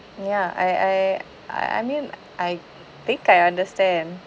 ya I I I I mean like I think I understand